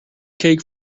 cake